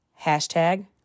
Hashtag